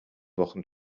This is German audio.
wochen